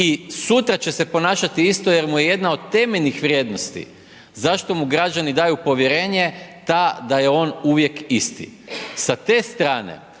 i sutra će se ponašati isto jer mu je jedna od temeljnih vrijednosti zašto mu građani daju povjerenje ta da je on uvijek isti.